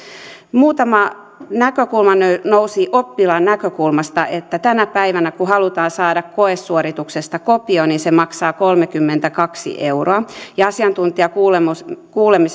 muutama näkökulma nousi oppilaan näkökulmasta tänä päivänä kun halutaan saada koesuorituksesta kopio se maksaa kolmekymmentäkaksi euroa asiantuntijakuulemisessa